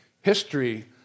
History